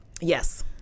Yes